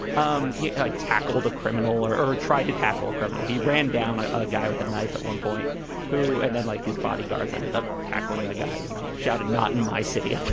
um yeah tackled a criminal or or tried to tackle a criminal. he ran down a a guy with a knife at one point who and then, like his bodyguards, ended up tackling. the guy shouted, not in my city.